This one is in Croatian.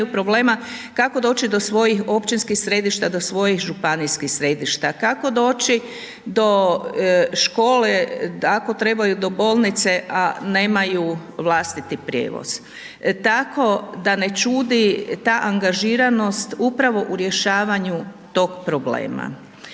kako doći do svojim općinskih središta, do svojih županijskih središta, kako doći do škole, ako trebaju do bolnice, a nemaju vlastiti prijevoz, tako da ne čudi ta angažiranost upravo u rješavanju tog problema.